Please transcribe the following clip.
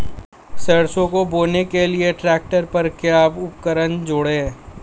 सरसों को बोने के लिये ट्रैक्टर पर क्या उपकरण जोड़ें?